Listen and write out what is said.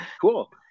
cool